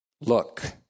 Look